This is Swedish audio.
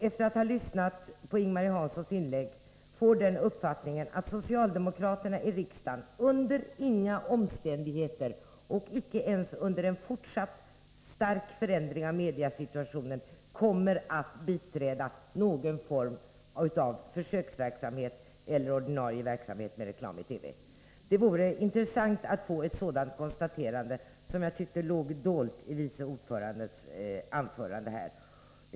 Efter att ha lyssnat på Ing-Marie Hanssons inlägg får jag den uppfattningen att socialdemokraterna i riksdagen under inga omständigheter — och icke ens under en fortsatt stark förändring av mediasituationen — kommer att biträda förslag om någon form av försöksverksamhet eller ordinarie verksamhet med reklam i TV. Det vore intressant att få ett konstaterande av det, som jag tycker låg dolt i vice ordförandens anförande.